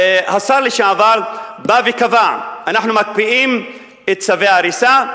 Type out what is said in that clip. השר לשעבר בא וקבע: אנחנו מקפיאים את צווי ההריסה,